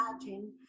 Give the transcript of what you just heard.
imagine